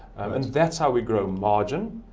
and that's how we grow margin.